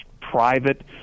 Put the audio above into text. private